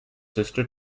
sister